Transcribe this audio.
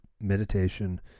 meditation